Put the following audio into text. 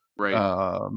right